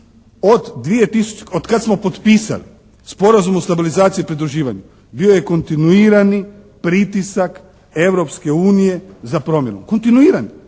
od kad smo potpisali Sporazum o stabilizaciji i pridruživanju bio je kontinuirani pritisak Europske unije za promjenu. Kontinuirani.